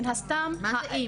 מן הסתם --- מה זה אם?